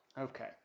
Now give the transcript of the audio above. Okay